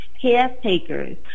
caretakers